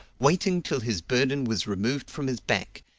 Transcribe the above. waiting till his burden was removed from his back,